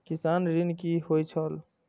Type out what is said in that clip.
किसान ऋण की होय छल?